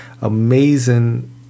amazing